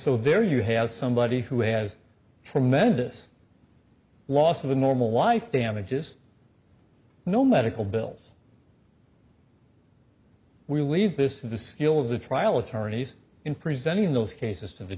so there you have somebody who has tremendous loss of a normal life damages no medical bills we leave this to the skill of the trial attorneys in presenting those cases